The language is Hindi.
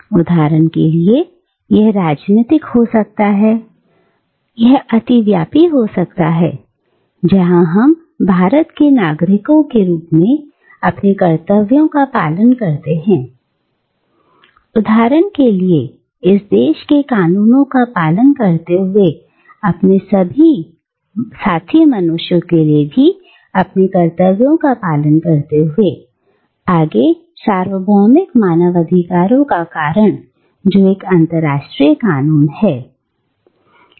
इसलिए उदाहरण के लिए यह राजनीतिक हो सकता है यह अतिव्यापी जहां हम भारत के नागरिकों के रूप में अपने कर्तव्यों का पालन करते हैं उदाहरण के लिए इस देश के कानूनों का पालन करते हुए अपने साथी मनुष्यों के लिए भी अपने कर्तव्यों का पालन करते हुए आगे सार्वभौमिक मानव अधिकारों का कारण जो एक अंतर्राष्ट्रीय कानून है सही है